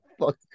fuck